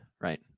right